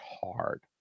hard